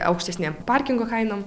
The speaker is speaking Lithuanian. aukštesnėm parkingo kainom